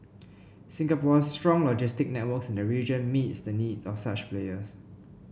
Singapore's strong logistic networks in the region meet the needs of such players